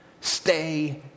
stay